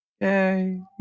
Yay